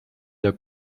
der